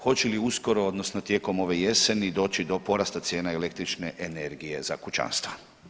Hoće li uskoro odnosno tijekom ove jeseni doći do porasta cijene električne energije za kućanstva?